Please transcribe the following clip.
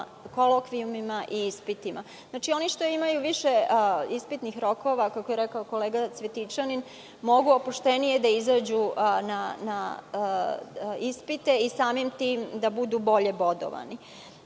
kolokvijumima i ispitima. Što više imaju ispitnih rokova, kako je rekao kolega Cvetićanin, mogu opuštenije da izađu na ispite i samim tim da budu bolje bodovani.Međutim,